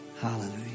Hallelujah